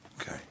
Okay